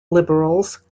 liberals